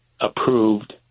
approved